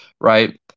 right